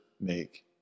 make